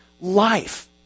life